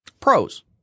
Pros